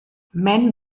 mend